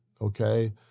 okay